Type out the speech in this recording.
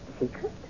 Secret